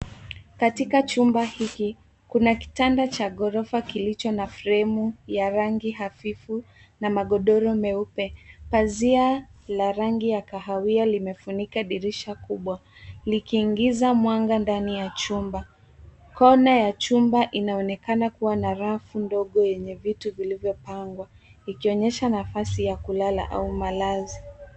Katika chumba hiki kuna kitanda cha gorofa kilicho na fremu ya rangi hafifu na magodoro meupe. Pazia la rangi ya kahawia limefunika dirisha kubwa likiingiza mwanga ndani ya chumba. Kona ya chumba inaonekana kuwa na rafu ndogo yenye vitu vilivyopangwa, ikionyesha nafasi ya kulala au malazi.